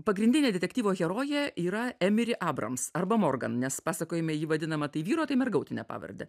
pagrindinė detektyvo herojė yra emili abrams arba morgan nes pasakojime ji vadinama tai vyro tai mergautine pavarde